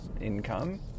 income